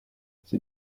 ces